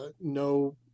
no